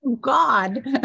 God